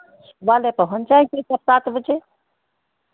सुबह ले पहुँच जाएंगी छह सात बजे